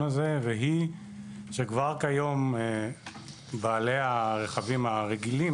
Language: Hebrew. הזה והיא שכבר כיום בעלי הרכבים הרגילים,